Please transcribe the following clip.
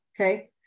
okay